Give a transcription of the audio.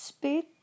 Speed